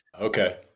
Okay